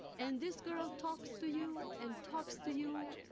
and this girl talks to you and talks to you,